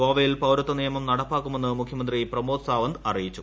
ഗോവയിൽ പൌരത്വ നിയമം നടപ്പാക്കുമെന്ന് മുഖ്യമന്ത്രി പ്രമോദ് സാവന്ത് അറിയിച്ചു